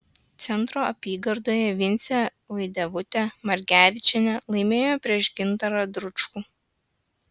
centro apygardoje vincė vaidevutė margevičienė laimėjo prieš gintarą dručkų